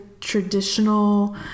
traditional